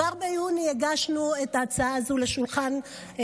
כבר ביוני הגשנו את ההצעה הזו לכנסת,